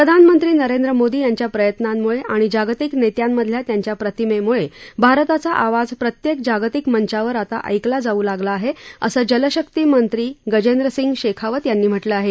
प्रधानमंत्री नरेंद्र मोदी यांच्या प्रयत्नांमुळे आणि जागतिक नेत्यांमधल्या त्यांच्या प्रतिमेमुळे भारताचा आवाज प्रत्येक जागतिक मंचावर आता ऐकला जाऊ लागला आहे असं जलशक्ती मंत्री गजेंद्र सिंग शेखावत यांनी म्हटलं आहे